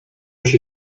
się